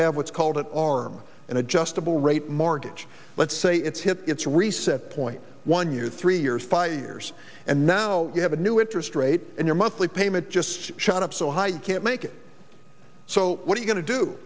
have what's called an arm an adjustable rate mortgage let's say it's hit its reset point one year three years five years and now you have a new interest rate and your monthly payment just shot up so high you can't make it so what are you go